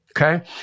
Okay